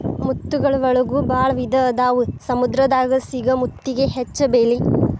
ಮುತ್ತುಗಳ ಒಳಗು ಭಾಳ ವಿಧಾ ಅದಾವ ಸಮುದ್ರ ದಾಗ ಸಿಗು ಮುತ್ತಿಗೆ ಹೆಚ್ಚ ಬೆಲಿ